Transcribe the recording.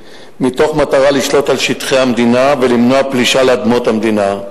במטרה לשלוט על שטחי המדינה ולמנוע פלישה לאדמות המדינה.